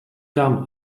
kam